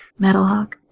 Metalhawk